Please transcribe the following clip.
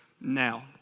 now